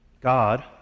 God